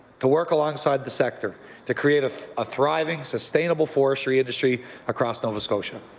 to work along side the sector to create a ah thriving, sustainable forestry industry across nova scotia.